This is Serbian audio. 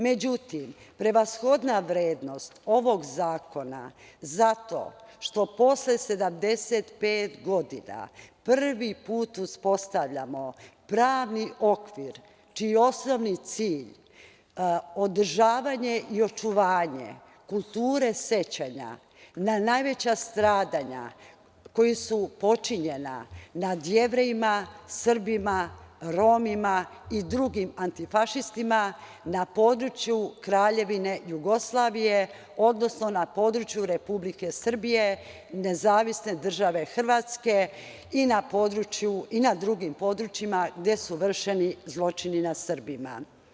Međutim, prevashodna vrednost ovog zakona je zato što posle 75 godina prvi put uspostavljamo pravni okvir čiji je osnovni cilj održavanje i očuvanje kulture sećanja na najveća stradanja koja su počinjena nad Jevrejima, Srbima, Romima i drugim antifašistima na području Kraljevine Jugoslavije, odnosno na području Republike Srbije, NDH i na drugim područjima gde su vršeni zločini nad Srbima.